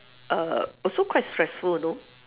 err also quite stressful know